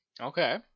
Okay